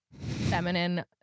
feminine